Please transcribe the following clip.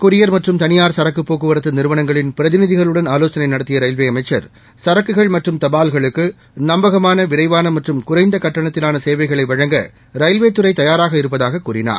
courier மற்றும் தனியார் சரக்குப் முன்னதாக போக்குவரத்து ஆலோசனை நடத்திய ரயில்வே அமைச்சர் சரக்குகள் மற்றும் தபால்களை நம்பகமான விரைவான மற்றும் குறைந்த கட்டணத்திலான சேவைகளை வழங்க ரயில்வே துறை தயாராக இருப்பதாக கூறினார்